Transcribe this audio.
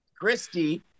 Christy